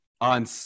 On